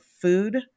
food